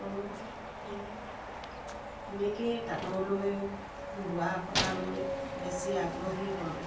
কৰোঁ সেনেকেই তাঁতলৈ বোৱা কটালৈ বেছি আগ্ৰহী হ'লোঁ